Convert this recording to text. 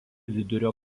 vidurio